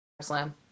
slam